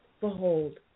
Behold